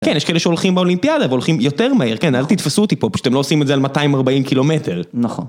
כן, יש כאלה שהולכים באולימפיאלה והולכים יותר מהר, כן, אל תתפסו אותי פה, פשוט אתם לא עושים את זה על 240 קילומטר. נכון.